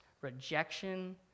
rejection